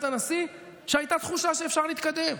הנשיא שבהם הייתה תחושה שאפשר להתקדם,